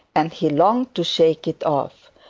and he longed to take it off,